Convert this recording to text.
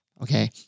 Okay